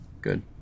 good